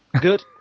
Good